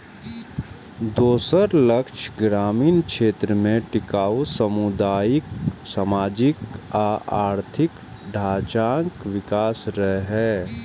दोसर लक्ष्य ग्रामीण क्षेत्र मे टिकाउ सामुदायिक, सामाजिक आ आर्थिक ढांचाक विकास रहै